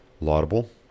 laudable